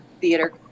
theater